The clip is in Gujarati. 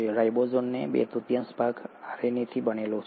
રાઈબોઝોમનો બે તૃતીયાંશ ભાગ આરએનએથી બનેલો છે